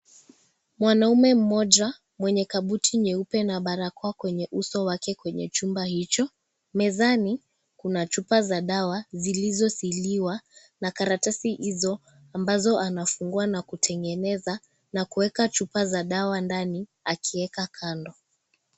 Mwanaume mmoja mwenye kabuti nyeupe na barakoa kwenye uso wake kwenye chumba hicho. Mezani, kuna chupa za dawa zilizo siliwa na karatasi hizo ambazo anafungua na kutengeneza na kuweka chupa za dawa ndani, akiweka kando.